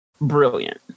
Brilliant